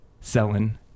selling